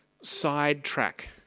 sidetrack